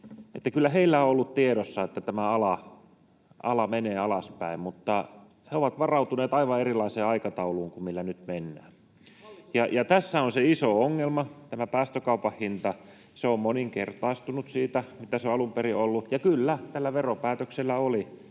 kyllä heillä on ollut tiedossa, että tämä ala menee alaspäin, mutta he ovat varautuneet aivan erilaiseen aikatauluun kuin millä nyt mennään. Se iso ongelma on tämä päästökaupan hinta: se on moninkertaistunut siitä, mitä se on alun perin ollut, ja kyllä tällä veropäätöksellä oli